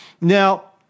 Now